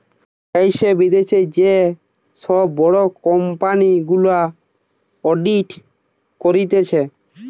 দ্যাশে, বিদ্যাশে যে সব বড় কোম্পানি গুলা অডিট করতিছে